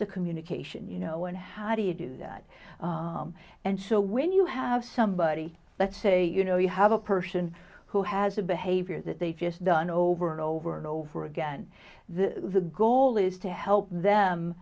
the communication you know and how do you do that and so when you have somebody let's say you know you have a person who has a behavior that they feel done over and over and over again the goal is to help them